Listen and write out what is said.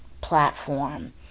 platform